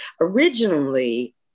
originally